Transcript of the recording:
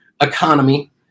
economy